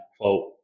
quote